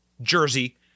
jersey